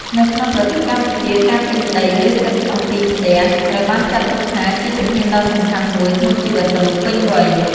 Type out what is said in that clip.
នៅក្នុងប្រទេសកម្ពុជាការទិញដី ឬគិតអំពីផ្ទះ ត្រូវបានចាត់ទុកថាជាជំហានដ៏សំខាន់មួយក្នុងជីវិតមនុស្សពេញវ័យ។